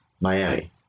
Miami